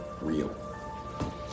real